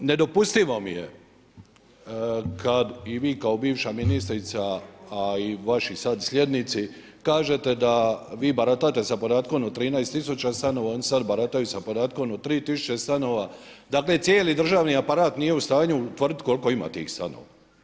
Nedopustivo mi je kadi vi kao bivša ministrica a i vaši sad slijednici kažete da vi baratate sa podatkom od 13 000 stanova, a sad barataju podatkom od 3 000 stanova, dakle cijeli državni aparat nije u stanju utvrditi koliko ima tih stanova.